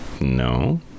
no